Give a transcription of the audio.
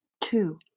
Two